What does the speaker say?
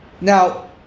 Now